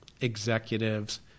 executives